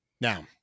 Now